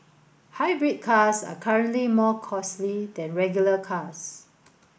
hybrid cars are currently more costly than regular cars